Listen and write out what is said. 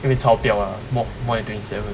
因为超标的 more than twenty seven